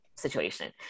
Situation